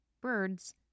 birds